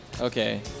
Okay